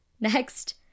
Next